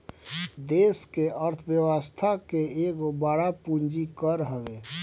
देस के अर्थ व्यवस्था के एगो बड़ पूंजी कर हवे